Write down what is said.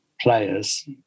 players